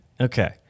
okay